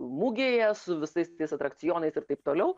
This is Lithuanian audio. mugėje su visais tais atrakcionais ir taip toliau